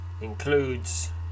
includes